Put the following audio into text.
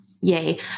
Yay